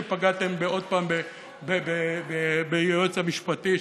שפגעתם שוב ביועץ המשפטי,